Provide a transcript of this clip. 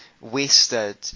wasted